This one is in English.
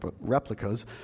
replicas